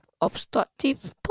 obstructive